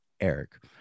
eric